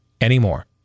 anymore